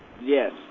Yes